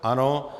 Ano.